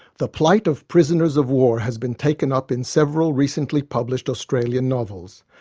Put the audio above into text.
the plight of prisoners of war has been taken up in several recently published australian novels.